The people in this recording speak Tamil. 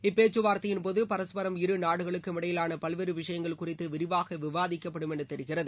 இப்பேச்சுவார்த்தையின்போது பரஸ்பரம் இருநாடுகளுக்கும் இடையிலான பல்வேறு விஷயங்கள் குறித்து விரிவாக விவாதிக்கப்படும் என தெரிகிறது